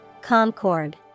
Concord